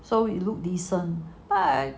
so it look decent but